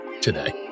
today